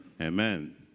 Amen